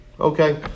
Okay